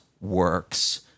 works